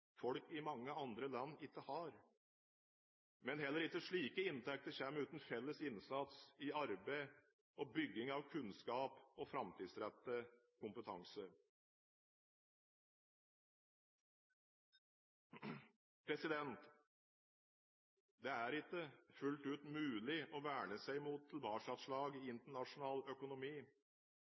folk i mange andre land ikke har. Men heller ikke slike inntekter kommer uten felles innsats i arbeid og bygging av kunnskap og framtidsrettet kompetanse. Det er ikke fullt ut mulig å verne seg mot tilbakeslag i internasjonal økonomi.